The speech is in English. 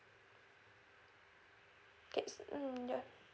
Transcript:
K mm yeah